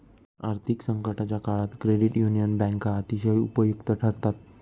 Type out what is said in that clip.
आर्थिक संकटाच्या काळात क्रेडिट युनियन बँका अतिशय उपयुक्त ठरतात